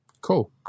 Cool